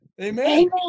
amen